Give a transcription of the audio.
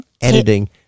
editing